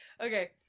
Okay